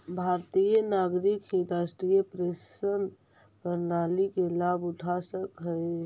भारतीय नागरिक ही राष्ट्रीय पेंशन प्रणाली के लाभ उठा सकऽ हई